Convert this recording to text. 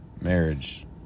marriage